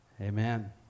Amen